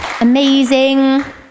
amazing